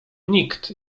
nikt